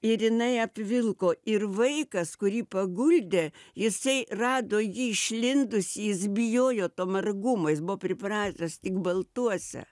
ir jinai apvilko ir vaikas kurį paguldė jisai rado jį išlindusį jis bijojo to margumo jis buvo pripratęs tik baltuose